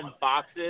boxes